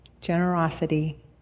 Generosity